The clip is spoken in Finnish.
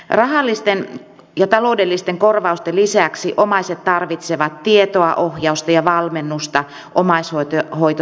rahallisten ja taloudellisten korvausten lisäksi omaiset tarvitsevat tietoa ohjausta ja valmennusta omaishoitotehtävässään